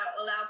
allowed